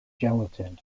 gelatin